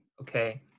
Okay